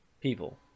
people